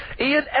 Ian